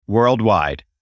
Worldwide